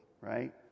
right